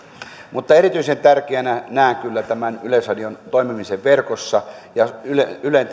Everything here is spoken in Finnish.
mutta erityisen tärkeänä näen kyllä tämän yleisradion toimimisen verkossa ylen